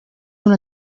una